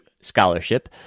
scholarship